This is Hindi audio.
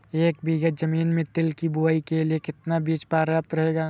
एक बीघा ज़मीन में तिल की बुआई के लिए कितना बीज प्रयाप्त रहेगा?